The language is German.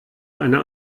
eine